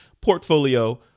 portfolio